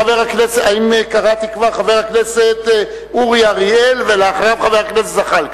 חבר הכנסת אורי אריאל, ולאחריו, חבר הכנסת זחאלקה.